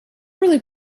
really